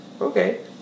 Okay